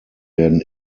werden